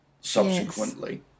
subsequently